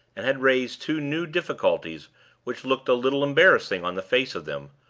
and had raised two new difficulties which looked a little embarrassing on the face of them,